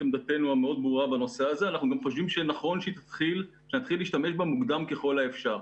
אנחנו סבורים שנכון יהיה להתחיל להשתמש בה מוקדם ככל האפשר.